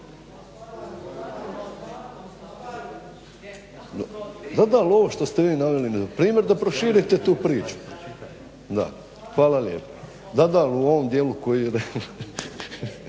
Da, da, ali ovo što ste vi naveli, npr. da proširite tu priču. Da, hvala lijepa. Da, da ali u ovom dijelu koji je.